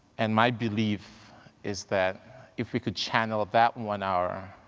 and my belief is that if we could channel that one hour